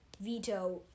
veto